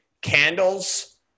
candles